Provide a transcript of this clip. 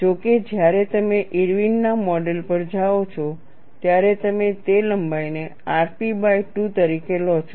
જો કે જ્યારે તમે ઇરવિનના મોડેલ Irwin's model પર જાઓ છો ત્યારે તમે તે લંબાઈને rp બાય 2 તરીકે લો છો